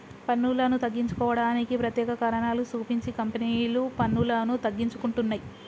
పన్నులను తగ్గించుకోవడానికి ప్రత్యేక కారణాలు సూపించి కంపెనీలు పన్నులను తగ్గించుకుంటున్నయ్